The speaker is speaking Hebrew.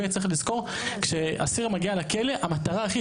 צריך לזכור שכשאסיר מגיע לכלא המטרה הכי